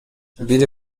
бир